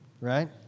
Right